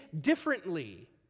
differently